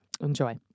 enjoy